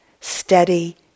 steady